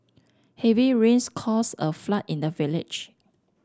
heavy rains caused a flood in the village